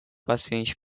paciente